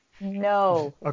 No